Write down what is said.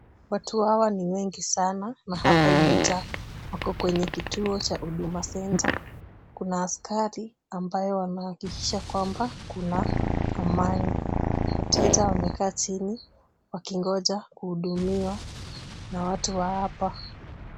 Watu hawa ni wengi sana na hapa imejaa. Wako kwenye kituo cha Huduma Center. Kuna askari ambaye anahakikisha kwamba kuna amani. Wateja wamekaa chini wakingonja kuhudumiwa na watu wa hapa.